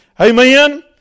Amen